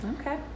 Okay